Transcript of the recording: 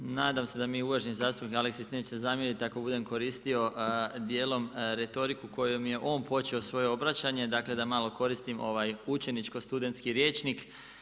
Nadam se da mi uvaženi zastupnik Aleksić neće zamjeriti ako budem koristio dijelom retoriku kojom je on počeo svoje obraćanje, dakle da malo koristim učeničko-studentski rječnik.